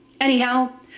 Anyhow